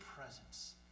presence